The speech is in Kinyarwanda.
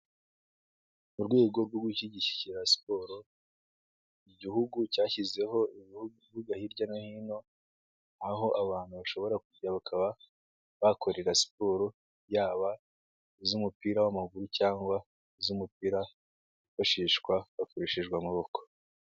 Mu rwego rwo gushyigikira siporo, igihugu cyashyizeho ibibuga hirya no hino, aho abantu bashobora kujya bakaba bakorera siporo, yaba iz'umupira w'amaguru cyangwa iz'umupira, wifashishwa hakoreshejwe amaboko.